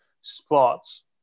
spots